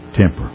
temper